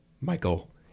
Michael